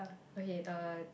okay uh